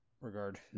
regard